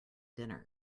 dinner